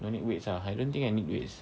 no need weights ah I don't think I need weights